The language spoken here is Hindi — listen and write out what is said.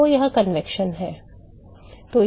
तो वह संवहन है